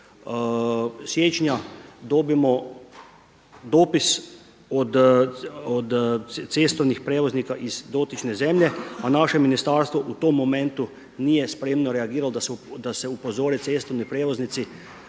siječnja dobijemo dopis od cestovnih prijevoznika iz dotične zemlje, a naše ministarstvo u tom momentu nije spremno reagiralo da se upozore cestovni prijevoznici